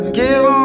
give